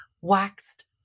waxed